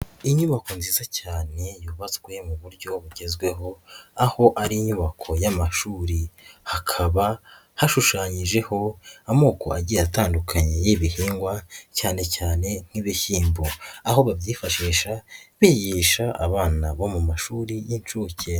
Inyubako nziza cyane yubatswe mu buryo bugezweho, aho ari inyubako y'amashuri. Hakaba hashushanyijeho amoko agiye atandukanye y'ibihingwa cyane cyane nk'ibishyimbo. Aho babyifashisha bigisha abana bo mu mashuri y'inshuke.